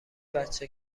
بچه